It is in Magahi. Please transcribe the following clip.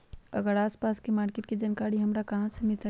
हमर आसपास के मार्किट के जानकारी हमरा कहाँ से मिताई?